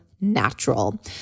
natural